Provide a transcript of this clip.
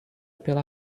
pela